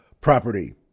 property